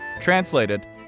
Translated